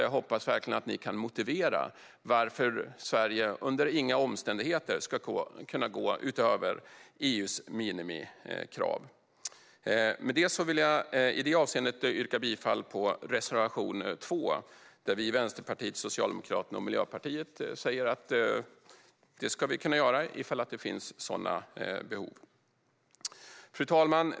Jag hoppas verkligen att ni kan motivera varför Sverige under inga omständigheter ska kunna gå utöver EU:s minimikrav. I det avseendet vill jag yrka bifall till reservation 2. Där säger Vänsterpartiet, Socialdemokraterna och Miljöpartiet att vi ska kunna göra detta ifall det finns sådana behov. Fru talman!